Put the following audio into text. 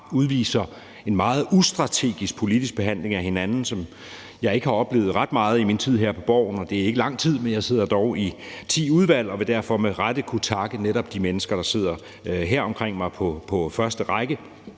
udviser en meget ustrategisk politisk behandling af hinanden, som jeg ikke har oplevet ret meget i min tid her på Borgen; det er ikke lang tid, men jeg sidder dog i ti udvalg og vil derfor med rette kunne takke netop de mennesker, der sidder her omkring mig på første række.